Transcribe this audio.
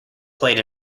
played